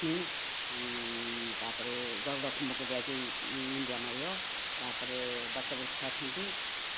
ଲକ୍ଷ୍ମୀ ତା'ପରେ ଗରୁଡ଼ଖୁମ୍ବକୁ ଯାଇକି ମୁଣ୍ଡିଆ ମାରିବ ତା'ପରେ ବଟ ବୃକ୍ଷ ଅଛନ୍ତି